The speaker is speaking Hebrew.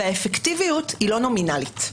והאפקטיביות היא לא נומינלית.